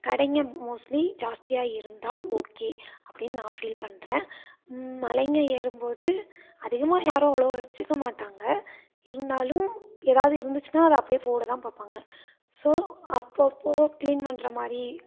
கடைங்கள் mostly ஜாஸ்தியாக இருந்தால் okay அப்படின்னு நான் ஃபீல் பண்ணுறேன் மலைங்கள் ஏறும் போது அதிகமாக யாரும் அவ்வளோவா வச்சுக்க மாட்டாங்கள் இருந்தாலும் ஏதாவது இருந்துச்சுனால் அதை அப்படியே போட தான் பார்ப்பாங்க ஸோ அப்பப்போ க்ளீன் பண்ணுறமாரி